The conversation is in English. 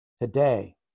today